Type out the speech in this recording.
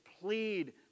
plead